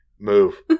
move